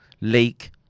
leak